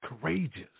courageous